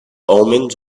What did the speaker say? omens